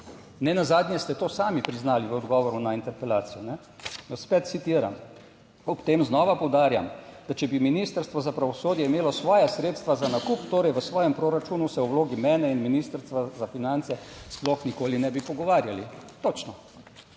Nenazadnje ste to sami priznali v odgovoru na interpelacijo, vas spet citiram: Ob tem znova poudarjam, da če bi Ministrstvo za pravosodje imelo svoja sredstva za nakup, torej v svojem proračunu, se o vlogi mene in Ministrstva za finance sploh nikoli ne bi pogovarjali. Točno,